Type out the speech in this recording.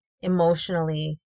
emotionally